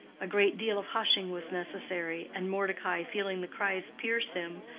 a great deal of hushing was necessary, and mordecai feeling the cries pierce him,